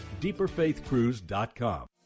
deeperfaithcruise.com